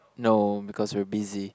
no because we're busy